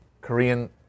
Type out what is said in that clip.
Korean